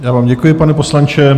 Já vám děkuji, pane poslanče.